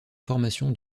formation